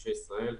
בכבישי ישראל.